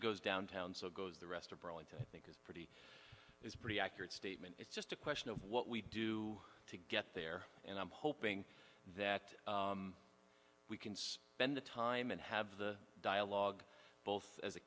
as goes downtown so goes the rest of burlington think is a pretty accurate statement it's just a question of what we do to get there and i'm hoping that we can spend the time and have the dialogue both as a